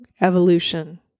evolution